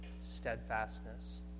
steadfastness